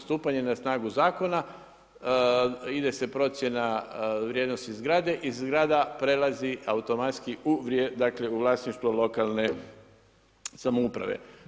Stupanje na snagu zakona, ide se procjena vrijednosti zgrade, iz zgrada prelazi automatski u vlasništvo lokalne samouprave.